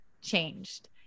changed